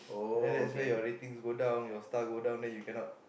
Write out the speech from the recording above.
then there's where your rating go down your star go down then you cannot